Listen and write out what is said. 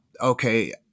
okay